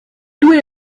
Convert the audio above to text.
douée